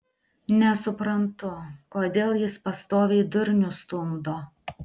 nesuprantu kodėl jis pastoviai durnių stumdo